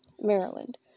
Maryland